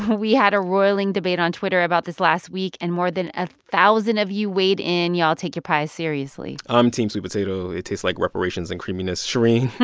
we had a roiling debate on twitter about this last week, and more than a thousand of you weighed in. y'all take your pie seriously i'm team sweet potato. it tastes like reparations and creaminess. shereen.